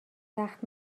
سخت